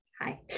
hi